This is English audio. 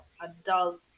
adult